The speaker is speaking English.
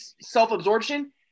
self-absorption